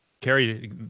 carrie